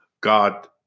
God